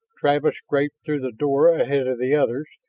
travis scraped through the door ahead of the others,